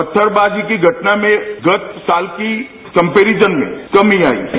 पत्थरबाजी की घटना में गत साल की कंपेरिजन में कमी आई है